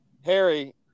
Harry